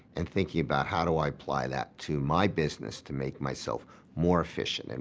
and thinking about, how do i apply that to my business to make myself more efficient? and